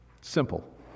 Simple